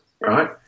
right